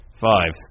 Five